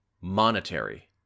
monetary